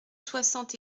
soixante